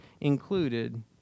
included